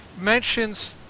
mentions